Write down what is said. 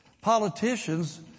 Politicians